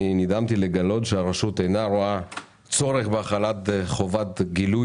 אני נדהמתי לגלות שהרשות אינה רואה צורך בהחלת חובת גילוי